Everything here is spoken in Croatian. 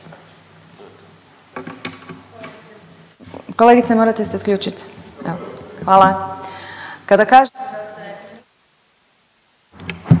Kolegice, morate se isključit. Evo. Hvala. Kada kažem